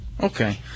okay